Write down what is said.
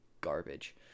garbage